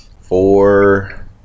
four